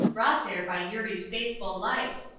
brought there by eurie's faithful life.